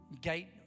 Gate